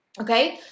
Okay